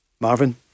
Marvin